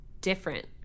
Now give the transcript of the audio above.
different